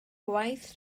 gwaith